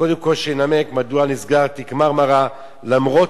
קודם כול שינמק מדוע נסגר תיק "מרמרה" למרות